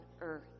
earth